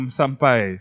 sampai